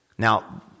Now